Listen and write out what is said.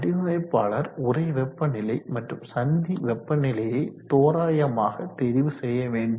வடிவமைப்பாளர் உறை வெப்பநிலை மற்றும் சந்தி வெப்பநிலையை தோராயமாக தெரிவு செய்ய வேண்டும்